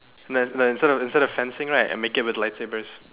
then then instead of instead of fencing right make it with light sabers